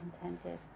contented